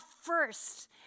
first